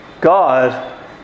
God